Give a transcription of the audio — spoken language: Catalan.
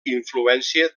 influència